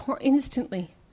instantly